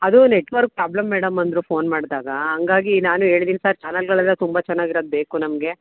ಅದು network problem madam ಅಂದರು phone ಮಾಡಿದಾಗ ಹಂಗಾಗಿ ನಾನೂ ಹೇಳಿದಿನ್ ಸರ್ ಚಾನಲ್ಗಳೆಲ್ಲ ತುಂಬ ಚೆನ್ನಾಗಿರೋದ್ ಬೇಕು ನಮಗೆ